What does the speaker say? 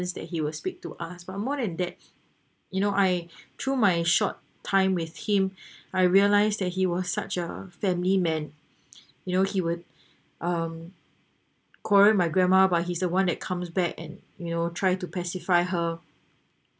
that he will speak to us but more than that you know I through my short time with him I realized that he was such a family man you know he would um quarrel with my grandma but he's the one that comes back and you know try to pacify her